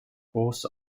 horse